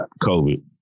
COVID